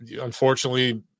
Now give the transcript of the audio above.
unfortunately